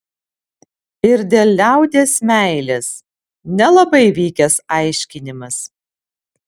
ir dėl liaudies meilės nelabai vykęs aiškinimas